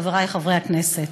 חברי חברי הכנסת,